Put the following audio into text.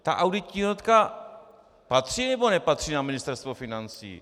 Ta auditní jednotka patří, nebo nepatří na Ministerstvo financí?